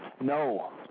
No